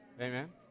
Amen